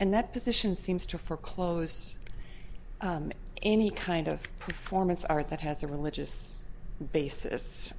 and that position seems to foreclose any kind of performance art that has a religious basis